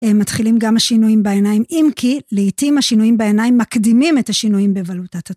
מתחילים גם השינויים בעיניים... אם כי, לעתים השינויים בעיניים מקדימים את השינויים בבלוטת הת...